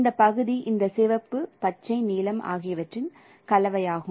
இந்த பகுதி இந்த சிவப்பு பச்சை நீலம் ஆகியவற்றின் கலவையாகும்